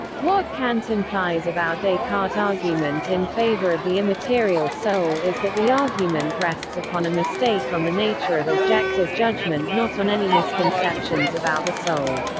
what kant implies about descartes' descartes' argument in favor of the immaterial soul is that the argument rests upon a mistake on the nature of objective judgement not on any misconceptions about the soul.